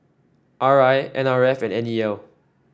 R I N R F and N E L